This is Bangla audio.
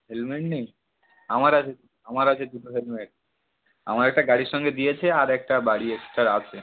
হেলমেট নেই আমার আছে আমার আছে দুটো হেলমেট আমার একটা গাড়ির সঙ্গে দিয়েছে আর একটা বাড়ি এক্সট্রা আছে